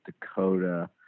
Dakota